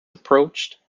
approached